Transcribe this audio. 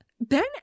Ben